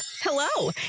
hello